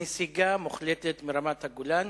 מוחלטת מרמת-הגולן,